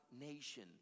nation